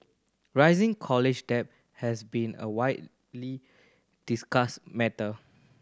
rising college debt has been a widely discussed matter